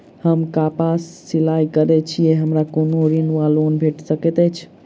हम कापड़ सिलाई करै छीयै हमरा कोनो ऋण वा लोन भेट सकैत अछि?